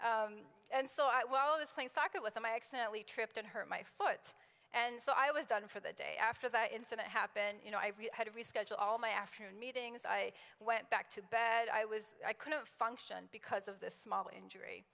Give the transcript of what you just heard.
am and so i was playing soccer with him i accidentally tripped and hurt my foot and so i was done for the day after the incident happened you know i had to reschedule all my afternoon meetings i went back to bed i was i couldn't function because of the small injury